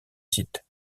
site